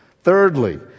Thirdly